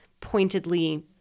pointedly